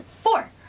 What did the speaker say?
Four